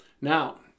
Now